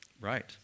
Right